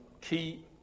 key